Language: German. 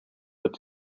wird